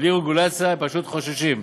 בלי רגולציה הם פשוט חוששים.